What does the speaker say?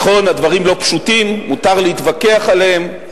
נכון, הדברים לא פשוטים, מותר להתווכח עליהם,